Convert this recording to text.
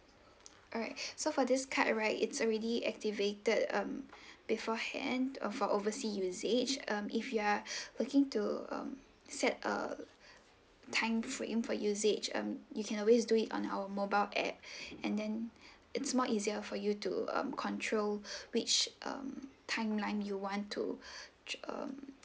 alright so for this card right it's already activated um beforehand uh for oversea usage um if you are looking to um set uh time frame for usage um you can always do it on our mobile app and then it's more easier for you to um control which um timeline you want to um